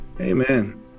Amen